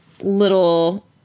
little